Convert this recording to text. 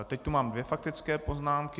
Teď tu mám dvě faktické poznámky.